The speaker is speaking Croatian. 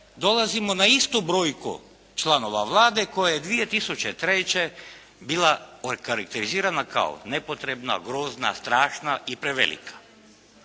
dolazimo na istu brojku članova Vlade koja je 2003. bila okarakterizirana kao nepotrebna, grozna, strašna i prevelika.